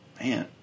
Man